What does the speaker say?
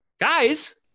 guys